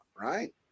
right